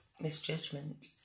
misjudgment